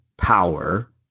power